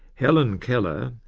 helen keller,